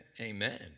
Amen